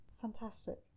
Fantastic